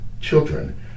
children